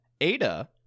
Ada